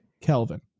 Kelvin